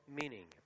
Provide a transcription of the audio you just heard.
meaning